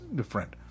different